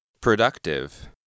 Productive